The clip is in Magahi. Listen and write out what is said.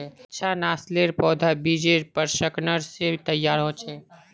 अच्छा नासलेर पौधा बिजेर प्रशंस्करण से तैयार होचे